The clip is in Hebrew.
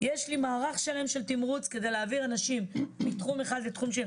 יש לי מערך שלם של תמרוץ כדי להעביר אנשים מתחום אנשים לתחום שני'.